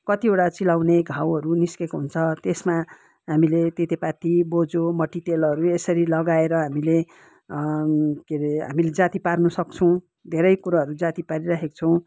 कतिवटा चिलाउने घाउहरू निस्केको हुन्छ त्यसमा हामीले तितेपाती बोझो मट्टितेलहरू यसरी लगाएर हामीले के अरे हामीले जाती पार्नुसक्छौँ धेरै कुरोहरू जाती पारिरहेको छौँ